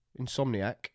Insomniac